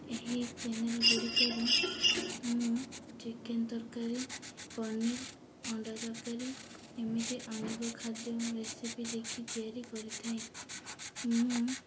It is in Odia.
ଏହି ଚ୍ୟାନେଲ୍ ଗୁଡ଼ିକରୁ ମୁଁ ଚିକେନ୍ ତରକାରୀ ପନିର ଅଣ୍ଡା ତରକାରୀ ଏମିତି ଅନେକ ଖାଦ୍ୟ ରେସିପି ଦେଖି ତିଆରି କରିଥାଏ ମୁଁ